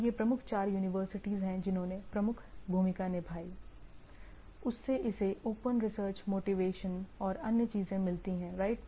तो यह प्रमुख चार यूनिवर्सिटीज हैं जिन्होंने प्रमुख भूमिका निभाई उससे इसे ओपन रिसर्च मोटिवेशन और अन्य चीजें मिलती हैंराइट